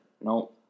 No